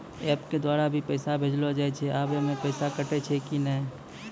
App के द्वारा भी पैसा भेजलो जाय छै आबै मे पैसा कटैय छै कि नैय?